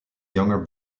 younger